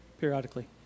periodically